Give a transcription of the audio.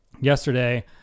yesterday